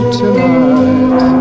tonight